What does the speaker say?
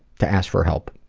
to ask for help